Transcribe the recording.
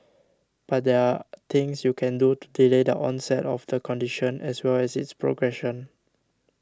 but there are things you can do to delay the onset of the condition as well as its progression